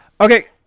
Okay